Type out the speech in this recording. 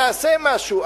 תעשה משהו.